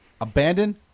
Abandon